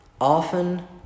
often